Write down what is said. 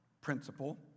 principle